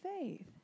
faith